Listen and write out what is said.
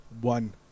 one